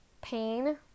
pain